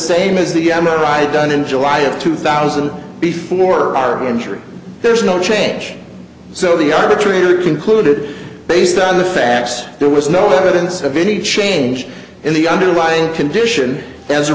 same as the m r i done in july of two thousand before our injury there's no change so the arbitrator concluded based on the facts there was no evidence of any change in the underlying condition as a